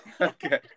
Okay